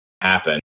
happen